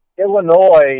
Illinois